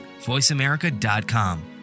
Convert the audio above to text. voiceamerica.com